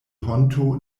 honto